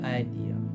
idea